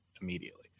immediately